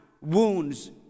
wounds